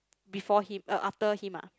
before him uh after him ah